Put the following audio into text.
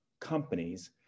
companies